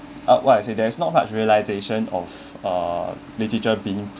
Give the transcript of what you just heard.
uh what I say there is not much realization of uh literature being